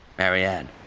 marianne.